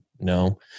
No